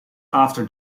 after